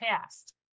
past